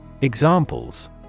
Examples